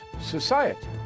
society